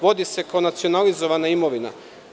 Vodi se kao nacionalizovana imovina.